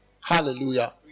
Hallelujah